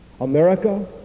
America